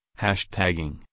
hashtagging